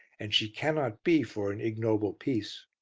and she cannot be for an ignoble peace.